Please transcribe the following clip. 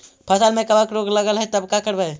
फसल में कबक रोग लगल है तब का करबै